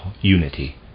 unity